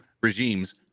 regimes